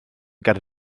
ger